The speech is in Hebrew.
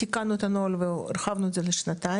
עדכנו את הנוהל שהיה והרחבנו לשנתיים,